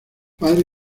padre